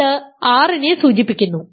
അത് R നേ സൂചിപ്പിക്കുന്നു